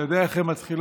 אתה יודע איך הן מתחילות,